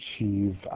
achieve